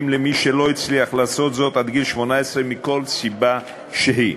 למי שלא הצליח לעשות זאת עד גיל 18 מכל סיבה שהיא.